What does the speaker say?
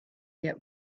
get